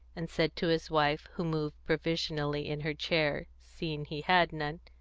and said to his wife, who moved provisionally in her chair, seeing he had none,